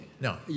No